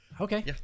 Okay